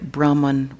Brahman